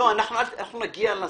נגיע לסעיף.